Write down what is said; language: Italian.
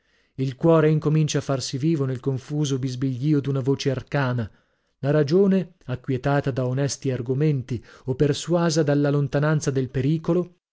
il cuore incomincia a farsi vivo nel confuso bisbiglio d'una voce arcana la ragione acquietata da onesti argomenti o persuasa dalla lontananza del pericolo